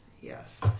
Yes